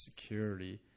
security